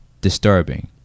disturbing